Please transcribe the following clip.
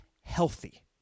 healthy